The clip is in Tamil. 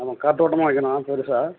ஆமாம் காற்றோட்டமா வைக்கணும் பெருசாக